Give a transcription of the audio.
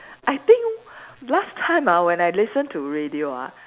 I think last time ah when I listen to radio ah